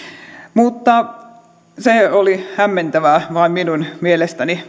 mutta se oli hämmentävää vain minun mielestäni